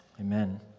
Amen